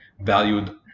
valued